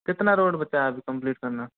कितना रोड बचा है अभी कंप्लीट करना